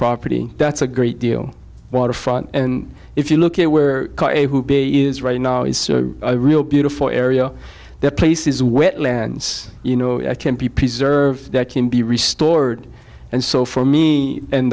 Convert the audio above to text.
property that's a great deal waterfront and if you look at where the is right now is a real beautiful area there are places where it lands you know can't be preserved that can be restored and so for me and